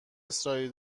اصراری